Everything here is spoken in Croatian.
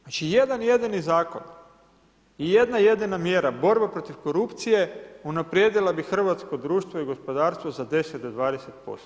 Znači ni jedan jedini zakon, ni jedna jedina mjera, borba protiv korupcije, unaprijedila bi hrvatsko društvo i gospodarstvo za 10-20%